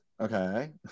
okay